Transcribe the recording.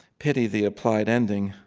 pity the applied ending.